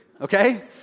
okay